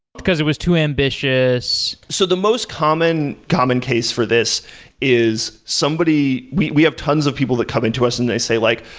because it was too ambitious. so the most common common case for this is somebody we we have tons of people that come into us and they say like,